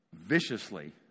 viciously